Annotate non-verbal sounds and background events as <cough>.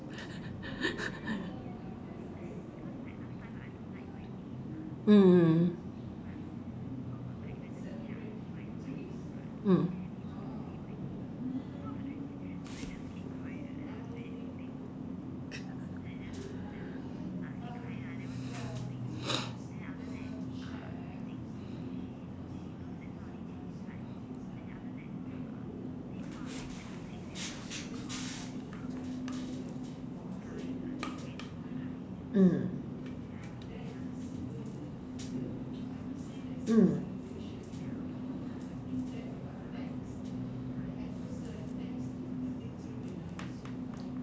<laughs> mm mm mm mm